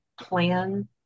plan